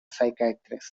psychiatrist